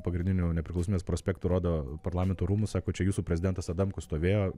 pagrindiniu nepriklausomybės prospektu rodo parlamento rūmus sako čia jūsų prezidentas adamkus stovėjo